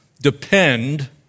depend